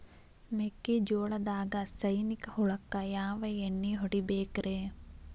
ಮೆಕ್ಕಿಜೋಳದಾಗ ಸೈನಿಕ ಹುಳಕ್ಕ ಯಾವ ಎಣ್ಣಿ ಹೊಡಿಬೇಕ್ರೇ?